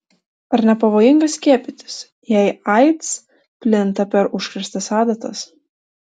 ar nepavojinga skiepytis jei aids plinta per užkrėstas adatas